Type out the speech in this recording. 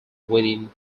within